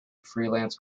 freelance